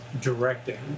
directing